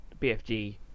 BFG